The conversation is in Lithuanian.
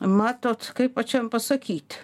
matot kaip pačiam pasakyt